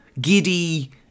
giddy